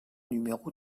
numéro